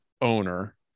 owner